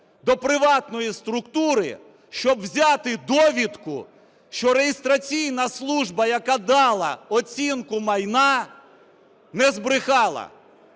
до приватної структури, щоб взяти довідку, що реєстраційна служба, яка дала оцінку майна, не збрехала?